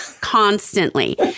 constantly